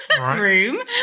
room